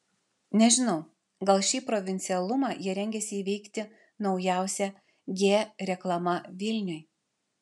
nežinau gal šį provincialumą jie rengiasi įveikti naujausia g reklama vilniui